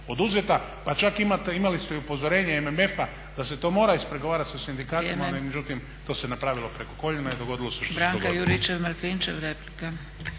Pa čak imali ste i upozorenje MMF-a da se to mora ispregovarat sa sindikatima, ali međutim to se napravilo preko koljena i dogodilo se što se dogodilo.